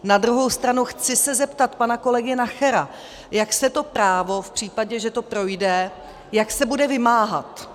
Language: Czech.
Na druhou stranu chci se zeptat pana kolegy Nachera, jak se to právo, v případě, že to projde, jak se bude vymáhat.